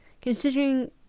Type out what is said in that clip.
considering